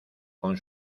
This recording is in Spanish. con